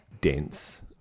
Dense